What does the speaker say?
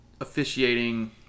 officiating